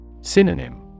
Synonym